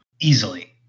Easily